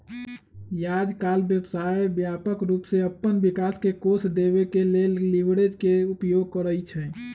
याजकाल व्यवसाय व्यापक रूप से अप्पन विकास के कोष देबे के लेल लिवरेज के उपयोग करइ छइ